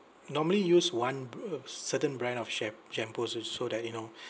normally use one b~ certain brand of sham~ shampoos so that you know